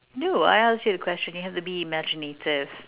no I asked you a question you have to be imaginative